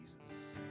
Jesus